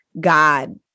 God